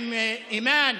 עם אימאן,